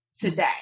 today